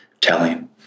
telling